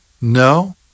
No